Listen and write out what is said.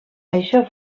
això